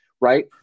right